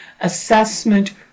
assessment